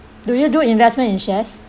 do you do investment in shares